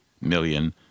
million